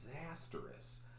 disastrous